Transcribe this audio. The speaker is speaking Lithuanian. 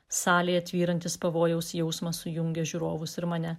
salėje tvyrantis pavojaus jausmas sujungia žiūrovus ir mane